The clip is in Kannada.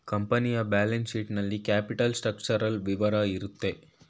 ಕಂಪನಿಯ ಬ್ಯಾಲೆನ್ಸ್ ಶೀಟ್ ನಲ್ಲಿ ಕ್ಯಾಪಿಟಲ್ ಸ್ಟ್ರಕ್ಚರಲ್ ವಿವರ ಇರುತ್ತೆ